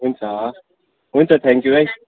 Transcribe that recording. हुन्छ हुन्छ thank you है